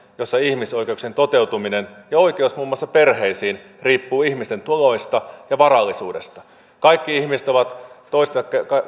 jossa ihmisoikeuksien toteutuminen ja oikeus muun muassa perheeseen riippuu ihmisten tuloista ja varallisuudesta kaikki ihmiset ovat toistensa